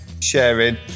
sharing